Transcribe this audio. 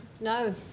no